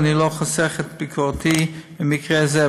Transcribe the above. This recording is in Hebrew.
ואני לא חוסך את ביקורתי ממקרה זה,